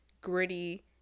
gritty